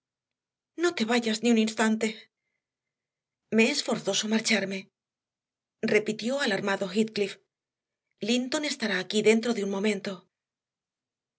no te vayas ni un instante me es forzoso marcharme repitió alarmado heathcliff linton estará aquí dentro de un momento